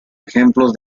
ejemplos